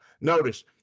notice